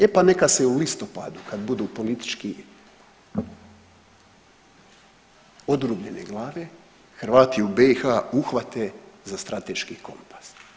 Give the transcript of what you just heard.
E pa neka se u listopadu kad budu politički odrubljene glave Hrvati u BiH uhvate za strateški kompas.